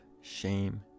shame